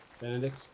Benedict